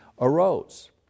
arose